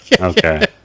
Okay